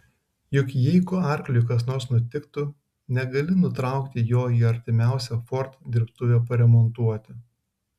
juk jeigu arkliui kas nors nutiktų negali nutraukti jo į artimiausią ford dirbtuvę paremontuoti